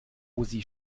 osi